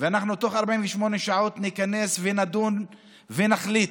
ואנחנו בתוך 48 שעות ניכנס ונדון ונחליט,